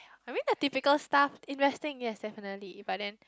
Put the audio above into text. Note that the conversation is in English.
are we the typical staff investing yes definitely but then